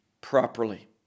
properly